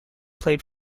played